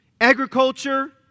agriculture